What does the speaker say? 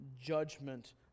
judgment